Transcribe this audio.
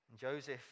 Joseph